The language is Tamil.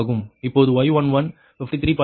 இப்போது Y11 53